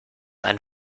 einen